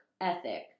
ethic